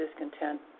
discontent